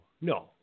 No